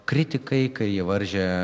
kritikai kai jį varžė